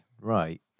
right